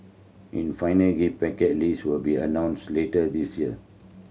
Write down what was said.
in final gift package list will be announced later this year